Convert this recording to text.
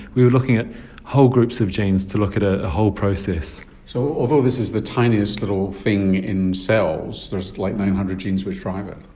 we were looking at whole groups of genes to look at a whole process. so although this is the tiniest little thing in cells, there's like nine hundred genes which drive it?